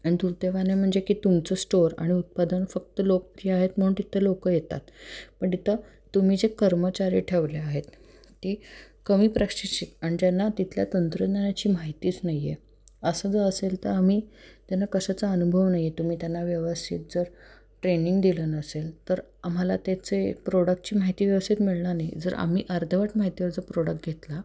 आणि दुर्दैवानं म्हणजे की तुमचं स्टोर आणि उत्पादन फक्त लोकप्रिय आहेत म्हणून तिथं लोकं येतात पण तिथं तुम्ही जे कर्मचारी ठेवले आहेत ती कमी प्रशिक्षित आणि ज्यांना तिथल्या तंत्रज्ञानाची माहितीच नाही आहे असं जर असेल तर आम्ही त्यांना कशाचा अनुभव नाही आहे तुम्ही त्यांना व्यवस्थित जर ट्रेनिंग दिलं नसेल तर आम्हाला त्याचे प्रोडक्टची माहिती व्यवस्थित मिळणार नाही जर आम्ही अर्धवट माहितीवर जो प्रोडक्ट घेतला